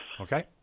Okay